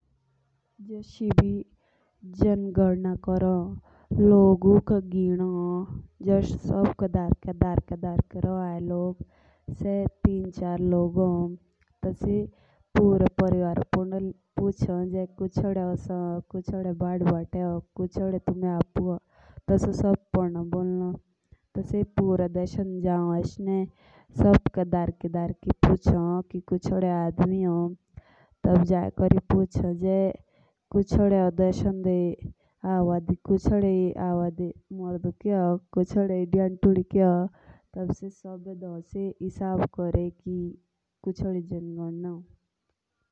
गदाना यंत्र का काम ऐसा हो कि जो लोगु के जांगदना भी हो तो तोला एतुका काम गोदना क्रनोका हो।